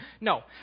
No